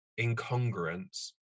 incongruence